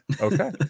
Okay